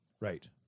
right